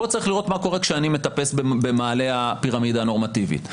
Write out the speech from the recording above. פה צריך לראות מה קורה כשאני מטפס במעלה הפירמידה הנורמטיבית.